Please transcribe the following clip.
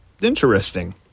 interesting